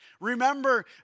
Remember